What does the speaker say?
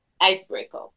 icebreaker